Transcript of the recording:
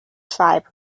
tribe